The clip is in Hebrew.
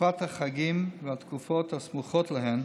תקופת החגים והתקופות הסמוכות להם